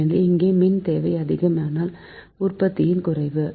ஏனெனில் இங்கே மின் தேவை அதிகம் ஆனால் உற்பத்தித்திறன் குறைவு